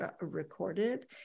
recorded